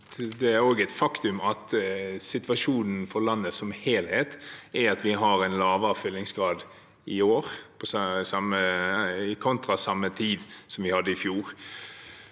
det er også et faktum at situasjonen for landet som helhet er at vi har en lavere fyllingsgrad i år kontra på samme tid i fjor.